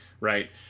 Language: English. right